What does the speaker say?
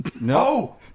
No